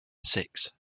six